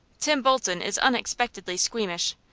tim bolton is unexpectedly squeamish,